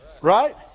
Right